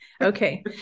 Okay